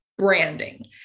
branding